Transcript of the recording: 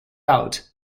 out